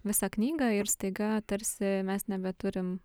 visą knygą ir staiga tarsi mes nebeturim